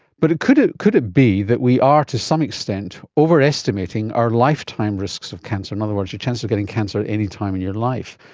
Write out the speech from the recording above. but could it could it be that we are to some extent overestimating our lifetime risks of cancer, in other words your chances of getting cancer at any time in your life?